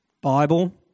Bible